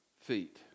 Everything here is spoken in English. feet